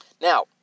Now